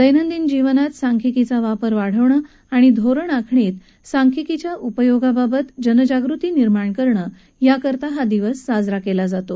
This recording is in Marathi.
दैनंदिन जीवनात सांख्यिकीचा वापर वाढवणे आणि धोरण आखणीत सांख्यिकीच्या उपयोगाबाबत जनजागृती करण्यासाठी हा दिवस साजरा केला जातो